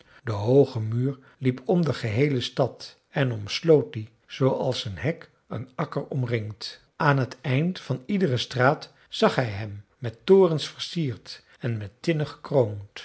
de hooge muur liep om de geheele stad en omsloot die zooals een hek een akker omringt aan het eind van iedere straat zag hij hem met torens versierd en met tinnen gekroond